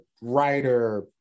writer